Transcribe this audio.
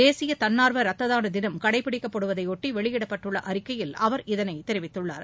தேசிய தன்னார்வ ரத்த தான தினம் கடைபிடிக்கப்படுவதைபொட்டி வெளியிட்டுள்ள செய்தியில் அவர் இதனைத் தெரிவித்துள்ளார்